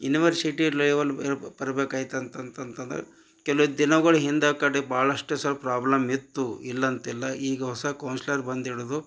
university level ಬರ್ಬೇಕು ಆಯ್ತು ಅಂತಂತಂತಂದ್ರೆ ಕೆಲವು ದಿನಗಳು ಹಿಂದ ಕಡೆ ಭಾಳಷ್ಟು ಸೊಲ್ಪ ಪ್ರಾಬ್ಲಮ್ ಇತ್ತು ಇಲ್ಲಂತಿಲ್ಲ ಈಗ ಹೊಸ ಕೊನ್ಸ್ಲರ್ ಬಂದಿಡ್ದು